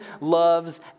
loves